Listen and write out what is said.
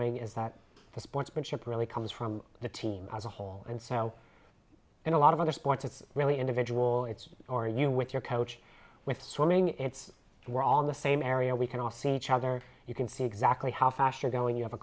swimming is that the sportsmanship really comes from the team as a whole and so in a lot of other sports it's really individual it's are you with your coach with swimming it's we're on the same area we can all see each other you can see exactly how fast you're going you have a